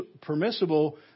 permissible